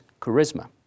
charisma